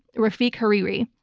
rafic hariri,